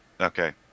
okay